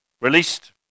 released